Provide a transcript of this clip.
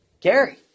gary